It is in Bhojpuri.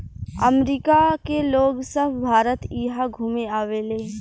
अमरिका के लोग सभ भारत इहा घुमे आवेले